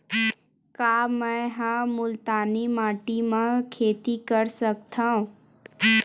का मै ह मुल्तानी माटी म खेती कर सकथव?